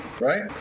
right